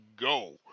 Go